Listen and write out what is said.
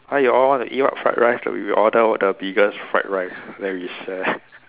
ah you all eat what fried rice then we order order biggest fried rice then we share